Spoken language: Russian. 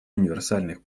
универсальных